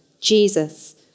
Jesus